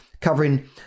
covering